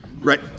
right